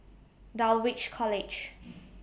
Dulwich College